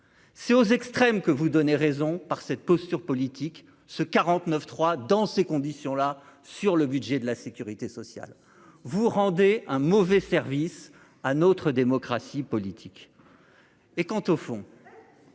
c'est aux extrêmes que vous donnez raison par cette posture politique ce 49 3 dans ces conditions là, sur le budget de la Sécurité sociale, vous rendez un mauvais service à notre démocratie politique et quant au fond.